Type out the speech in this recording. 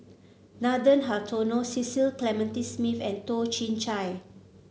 Nathan Hartono Cecil Clementi Smith and Toh Chin Chye